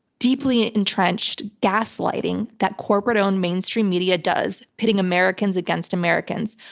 deeply entrenched gaslighting that corporate owned mainstream media does, pitting americans against americans,